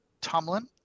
Tomlin